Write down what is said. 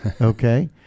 Okay